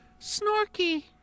snorky